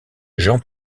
jean